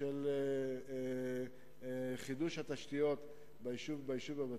של חידוש התשתיות ביישוב הוותיק.